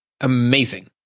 amazing